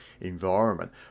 environment